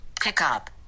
pickup